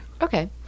Okay